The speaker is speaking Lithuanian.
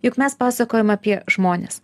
juk mes pasakojam apie žmones